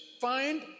Find